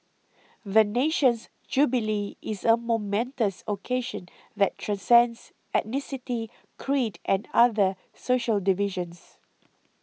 the nation's jubilee is a momentous occasion that transcends ethnicity creed and other social divisions